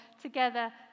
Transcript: together